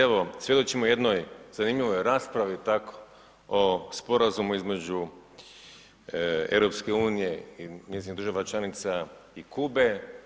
Evo, svjedočimo jednoj zanimljivoj raspravi tako o sporazumu između EU i njezinih država članica i Kube.